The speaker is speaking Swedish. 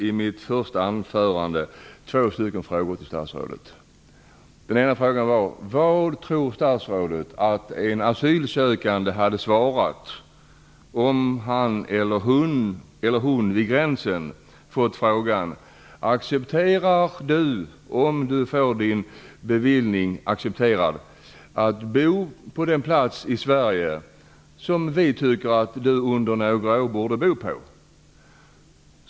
I mitt första anförande ställde jag två frågor till statsrådet. Den ena frågan gällde vad statsrådet tror att de asylsökande skulle svara om de vid gränsen skulle få följande fråga: Accepterar ni, om ni får era ansökningar beviljade, att bo på den plats i Sverige som vi tycker att ni under några år borde bo på?